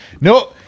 no